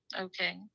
Okay